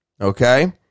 okay